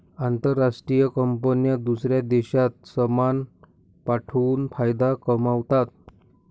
आंतरराष्ट्रीय कंपन्या दूसऱ्या देशात सामान पाठवून फायदा कमावतात